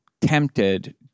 tempted